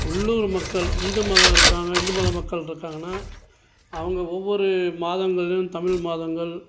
உள்ளூர் மக்கள் இந்து மதம் இருக்காங்க இந்து மதம் மக்கள் இருக்காங்கன்னால் அவங்க ஒவ்வொரு மாதங்களிலும் தமிழ் மாதங்கள்